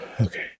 Okay